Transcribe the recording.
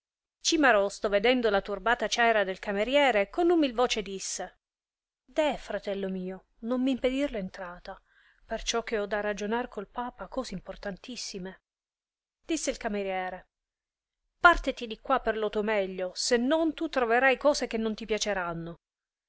dietro cimarosto vedendo la turbata ciera del cameriere con umil voce disse deh fratello mio non m impedir l'entrata perciò che ho da ragionar col papa cose importantissime disse il cameriere parteti di qua per lo tuo meglio se non tu troverai cose che non ti piaceranno